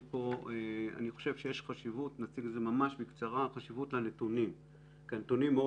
אני חושב שיש חשיבות לנתונים כי הם מאוד